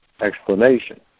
explanation